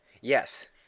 Yes